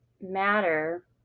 matter